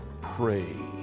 pray